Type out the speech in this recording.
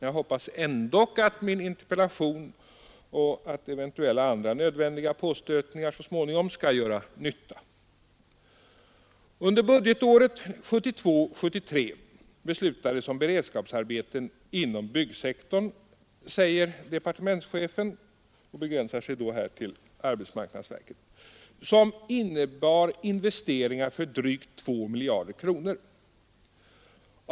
Jag hoppas ändå att min interpellation och eventuellt andra nödvändiga påstötningar så småningom skall göra nytta. ”Under budgetåret 1972/73 beslutades om beredskapsarbeten inom byggsektorn”, säger departementschefen, och begränsar sig alltså här till arbetsmarknadsverket, ”som innebar investeringar för drygt 2 miljarder kronor.